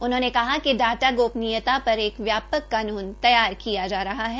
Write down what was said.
उन्होंने कहा कि डाटा गोपनीयता पर एक व्यापक कानून तैयार किया जा रहा है